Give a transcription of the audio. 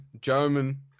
German